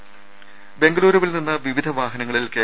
രാമ ബംഗലൂരുവിൽ നിന്ന് വിവിധ വാഹനങ്ങളിൽ കെ